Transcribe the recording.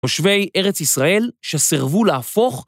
חושבי ארץ ישראל שסירבו להפוך.